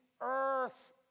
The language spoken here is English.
earth